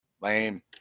Lame